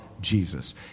Jesus